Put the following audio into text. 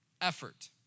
effort